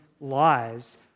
lives